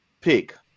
pick